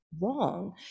wrong